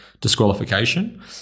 disqualification